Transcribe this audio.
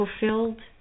fulfilled